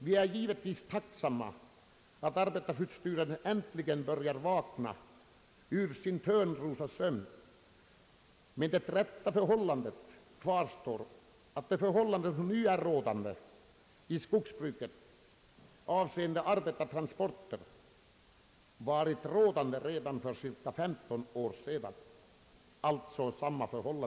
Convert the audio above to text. Vi är givetvis tacksamma att arbetarskyddsstyrelsen äntligen börjar vakna ur sin Törnrosasömn, men det kvarstår att de förhållanden som nu är rådande i skogsbruket avseende arbetartransporter varit rådande redan för cirka 15 år sedan.